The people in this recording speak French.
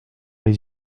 les